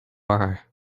are